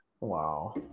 Wow